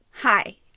Hi